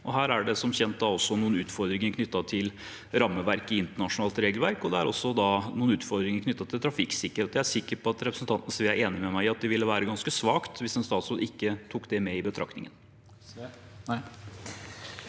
Her er det som kjent også noen utfordringer knyttet til rammeverket i internasjonalt regelverk, og det er også noen utfordringer knyttet til trafikksikkerhet. Jeg er sikker på at representanten Sve er enig med meg i at det ville være ganske svakt hvis en statsråd ikke tok det med i betraktningen.